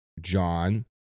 John